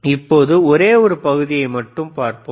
இப்போது ஒரே ஒரு பகுதியை மட்டும் பார்ப்போம்